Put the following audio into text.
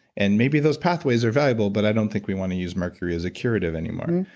and maybe those pathways are valuable, but i don't think we want to use mercury as a curative anymore.